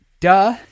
Duh